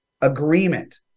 agreement